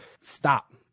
stop